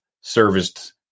serviced